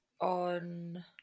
on